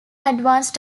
advanced